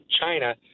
China